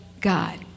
God